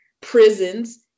prisons